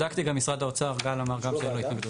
בדקתי עם משרד האוצר, גל אמר גם שאין לו התנגדות.